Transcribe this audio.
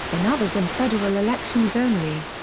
in others in federal elections only.